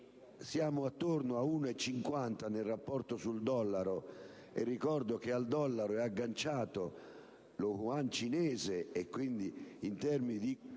è attorno a 1,50, nel rapporto sul dollaro, (ricordo che al dollaro è agganciato lo yuan cinese), in termini di